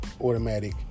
automatic